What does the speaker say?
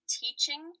teaching